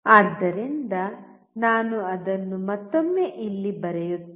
ಆದ್ದರಿಂದ ನಾನು ಅದನ್ನು ಮತ್ತೊಮ್ಮೆ ಇಲ್ಲಿ ಬರೆಯುತ್ತೇನೆ